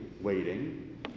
waiting